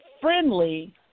friendly